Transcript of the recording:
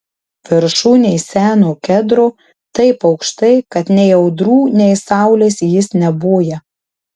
viršūnėj seno kedro taip aukštai kad nei audrų nei saulės jis neboja